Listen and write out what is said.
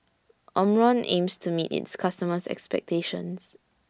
Omron aims to meet its customers' expectations